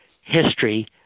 history